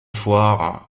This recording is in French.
foires